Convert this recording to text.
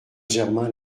germain